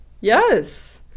Yes